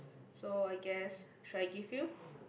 so I guess should I give you